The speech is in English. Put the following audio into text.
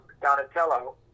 Donatello